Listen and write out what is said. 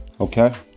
Okay